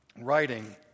writing